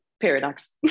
paradox